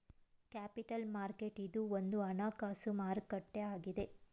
capital market ಇದು ಒಂದು ಹಣಕಾಸು ಮಾರುಕಟ್ಟೆ ಆಗಿದೆ